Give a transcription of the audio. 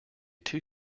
two